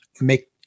make